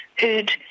who'd